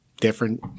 different